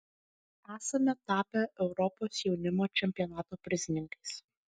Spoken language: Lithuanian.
esame tapę europos jaunimo čempionato prizininkais